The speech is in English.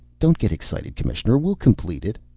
don't get excited, commissioner. we'll complete it.